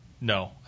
no